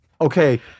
Okay